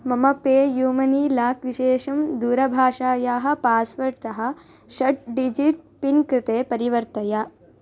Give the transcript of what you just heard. मम PayU money lock विशेषं दूरभाषायाः पास्वर्ड्तः षट् डिजिट् पिन् कृते परिवर्तय